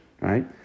right